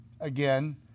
again